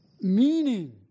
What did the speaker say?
meaning